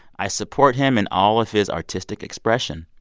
i support him in all of his artistic expression.